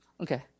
Okay